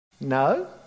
No